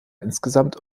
insgesamt